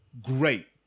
Great